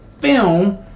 film